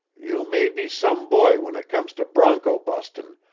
you may be some boy when it comes to bronco-bustin',